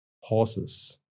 horses